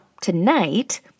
tonight